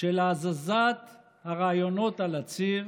של הזזת הרעיונות על הציר